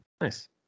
Nice